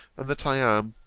that i am,